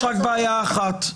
יש רק בעיה אחת,